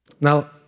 Now